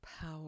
power